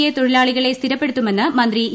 A തൊഴിലാളികളെ സ്ഥിരപ്പെടുത്തുമെന്ന് മന്ത്രി ഇ